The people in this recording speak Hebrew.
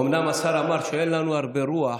אומנם השר אמר שאין לנו הרבה רוח,